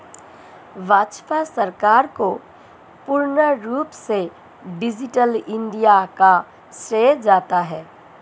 भाजपा सरकार को पूर्ण रूप से डिजिटल इन्डिया का श्रेय जाता है